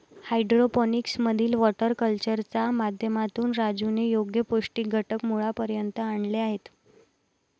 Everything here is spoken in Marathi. हायड्रोपोनिक्स मधील वॉटर कल्चरच्या माध्यमातून राजूने योग्य पौष्टिक घटक मुळापर्यंत आणले आहेत